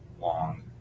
long